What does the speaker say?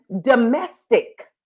domestic